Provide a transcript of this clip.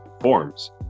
forms